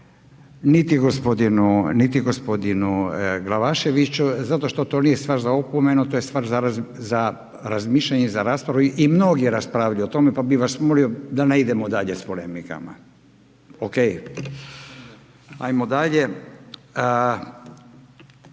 niti gospodinu Glavaševiću zato što to nije stvar za opomenu, to je stvar za razmišljanje za raspravu i mnogi raspravljaju o tome pa bih vas molio da ne idemo dalje s polemikama. OK? Ajmo dalje.